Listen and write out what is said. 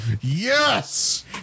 yes